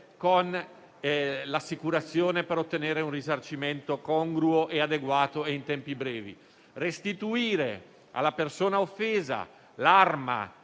con l'assicurazione per ottenere un risarcimento congruo, adeguato e in tempi brevi. Restituire alla persona offesa l'arma